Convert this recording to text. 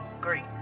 great